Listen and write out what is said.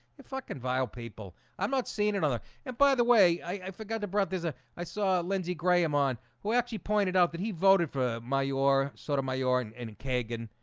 you fucking vile people i'm not seeing another and by the way, i forgot the brothers ah i saw lindsey graham on who actually pointed out that he voted for my or sotomayor and and and kagan,